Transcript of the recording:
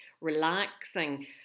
relaxing